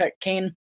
Kane